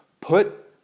Put